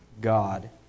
God